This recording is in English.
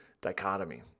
dichotomy